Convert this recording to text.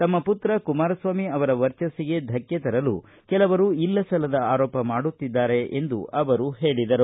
ತಮ್ಮ ಋತ್ರ ಕುಮಾರಸ್ವಾಮಿ ಅವರ ವರ್ಚಿಸ್ಲಿಗೆ ಧಕ್ಕೆ ತರಲು ಕೆಲವರು ಇಲ್ಲ ಸಲ್ಲದ ಆರೋಪ ಮಾಡುತ್ತಿದ್ದಾರೆ ಎಂದು ಹೇಳಿದರು